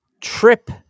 trip